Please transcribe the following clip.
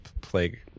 plague